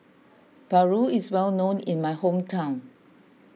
Paru is well known in my hometown